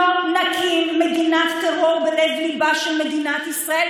לא נקים מדינת טרור בלב-ליבה של מדינת ישראל,